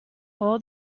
all